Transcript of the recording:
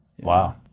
Wow